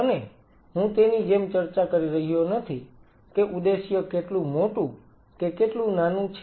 અને હું તેની જેમ ચર્ચા કરી રહ્યો નથી કે ઉદ્દેશ્ય કેટલુ મોટુ કે કેટલુ નાનું છે